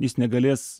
jis negalės